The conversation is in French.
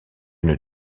une